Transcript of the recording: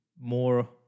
more